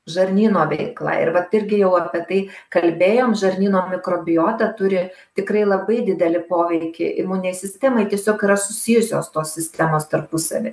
žarnyno veikla ir vat irgi jau apie tai kalbėjom žarnyno mikrobiota turi tikrai labai didelį poveikį imuninei sistemai tiesiog yra susijusios tos sistemos tarpusavy